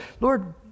Lord